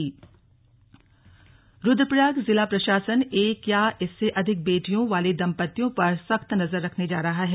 slug बैठक रुद्रप्रयाग रुद्रप्रयाग जिला प्रशासन एक या इससे अधिक बेटियों वाले दंपतियों पर सख्त नजर रखने जा रहा है